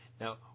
Now